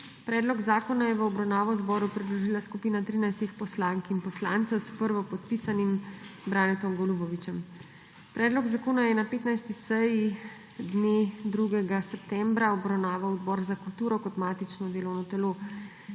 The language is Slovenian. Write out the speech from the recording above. Predlog zakona je v obravnavo zboru predložila skupina trinajstih poslank in poslancev s prvopodpisanim Branetom Golubovićem. Predlog zakona je na 15. seji 2. septembra obravnaval Odbor za kulturo kot matično delovno telo.